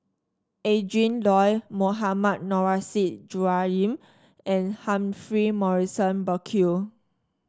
Adrin Loi Mohammad Nurrasyid Juraimi and Humphrey Morrison Burkill